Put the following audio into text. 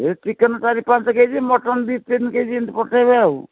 ଏଇ ଚିକେନ୍ ଚାରି ପାଞ୍ଚ କେଜି ମଟନ୍ ଦୁଇ ତିନି କେଜି ଏମିତି ପଠେଇବେ ଆଉ